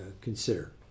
consider